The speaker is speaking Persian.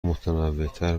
متنوعتر